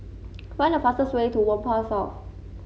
find the fastest way to Whampoa South